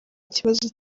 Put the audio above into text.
kibazo